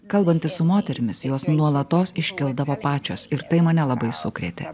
kalbantis su moterimis jos nuolatos iškildavo pačios ir tai mane labai sukrėtė